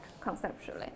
conceptually